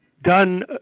Done